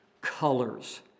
colors